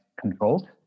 controlled